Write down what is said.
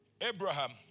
Abraham